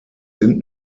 sind